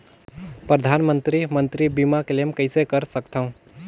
परधानमंतरी मंतरी बीमा क्लेम कइसे कर सकथव?